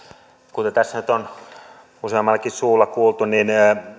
kuten tässä nyt on useammallakin suulla kuultu niin